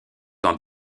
dans